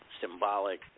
symbolic